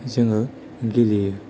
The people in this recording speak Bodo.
जोङो गेलेयो